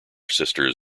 sister